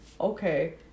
Okay